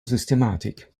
systematik